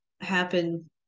happen